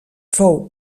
fou